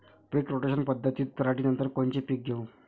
पीक rotation पद्धतीत पराटीनंतर कोनचे पीक घेऊ?